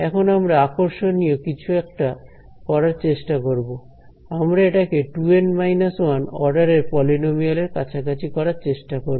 এখন আমরা আকর্ষণীয় কিছু একটা করার চেষ্টা করব আমরা এটাকে 2N 1 অর্ডারের পলিনোমিয়াল এর কাছাকাছি করার চেষ্টা করব